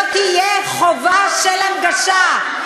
לא תהיה חובה של הנגשה.